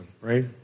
right